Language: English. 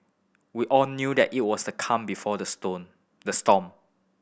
we all knew that it was the calm before the stone the storm